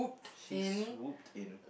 she swooped in